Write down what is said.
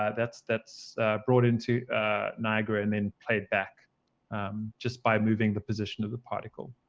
ah that's that's brought into niagara and then played back just by moving the position of the particle.